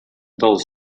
del